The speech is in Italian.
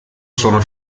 sono